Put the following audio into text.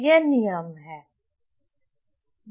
यह नियम है